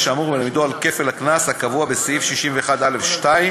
האמור ולהעמידו על כפל הקנס הקבוע בסעיף 61א(2)